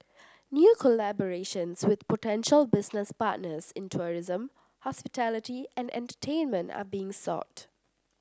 new collaborations with potential business partners in tourism hospitality and entertainment are being sought